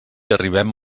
arribem